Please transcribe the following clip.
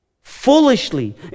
foolishly